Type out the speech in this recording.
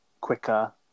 quicker